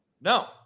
No